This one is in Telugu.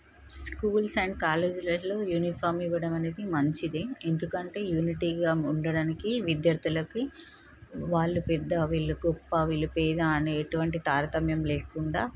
స్కూల్స్ అండ్ కాలేజెస్లలో యూనిఫామ్ ఇవ్వడం అనేది మంచిదే ఎందుకంటే యూనిటీగా ఉండడానికి విద్యార్థులకి వాళ్ళు పెద్ద వీళ్ళు గొప్ప వీళ్ళు పేద అనే ఎటువంటి తారతమ్యం లేకుండా